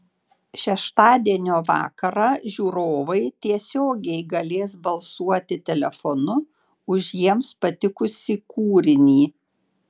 šeštadienio vakarą žiūrovai tiesiogiai galės balsuoti telefonu už jiems patikusį kūrinį